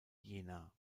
jena